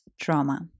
trauma